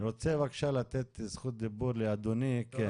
אני רוצה בבקשה לתת את זכות הדיבור לאדוני, כן.